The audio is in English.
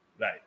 Right